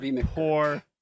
Poor